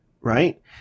right